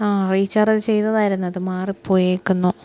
ആ റീചാർജ് ചെയ്തതായിരുന്നു അത് മാറിപ്പോയിരിക്കുന്നു